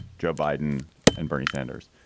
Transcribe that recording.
joe biden and bernie sanders.